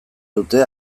dute